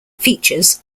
features